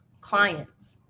clients